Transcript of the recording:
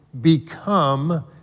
become